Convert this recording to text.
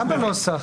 גם זה בנוסח.